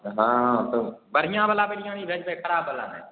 हँ तब बढ़िआँ बला बिरियानी भेजबै खराब बला नहि